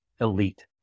elite